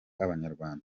abanyarwanda